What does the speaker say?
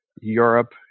Europe